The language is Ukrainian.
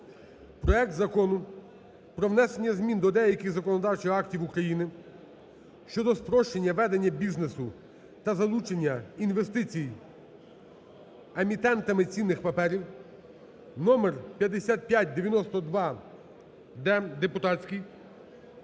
проект Закону про внесення змін до деяких законодавчих актів України щодо спрощення ведення бізнесу та залучення інвестицій емітентами цінних паперів (№ 5592-д), (депутатський),